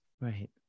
right